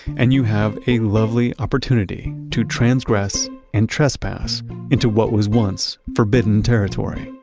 and you have a lovely opportunity to transgress and trespass into what was once forbidden territory.